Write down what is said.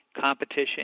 competition